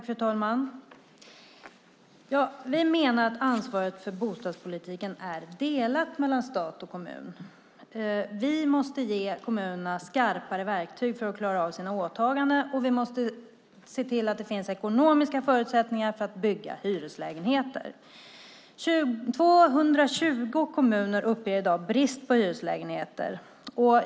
Fru talman! Vi menar att ansvaret för bostadspolitiken är delat mellan stat och kommun. Vi måste ge kommunerna skarpare verktyg för att klara av sina åtaganden, och vi måste se till att det finns ekonomiska förutsättningar för att bygga hyreslägenheter. 220 kommuner uppger i dag brist på hyreslägenheter.